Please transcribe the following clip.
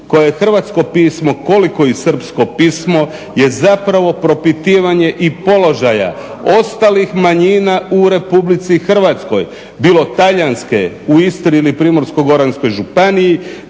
je hrvatsko pismo koliko i srpsko pismo, je zapravo propitivanje i položaja ostalih manjina u RH bilo talijanske u Istri ili Primorsko-goranskoj županiji,